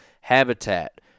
habitat